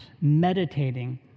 meditating